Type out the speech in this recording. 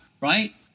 right